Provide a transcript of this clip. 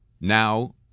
Now